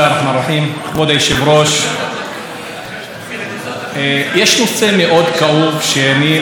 יש נושא מאוד כאוב שאני מרבה לדבר עליו ואנשים לא שמים לב,